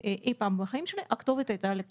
אי-פעם בחיים שלי: הכתובת הייתה על הקיר.